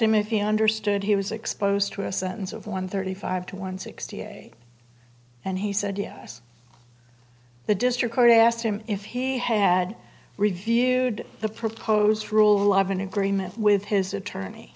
him if you understood he was exposed to a sentence of one thirty five to one sixty eight and he said yes the district court asked him if he had reviewed the proposed rule of an agreement with his attorney